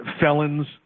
felons